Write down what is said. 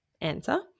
answer